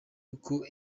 uko